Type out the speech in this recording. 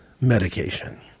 medication